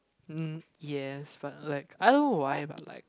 um yes but like I don't know why but like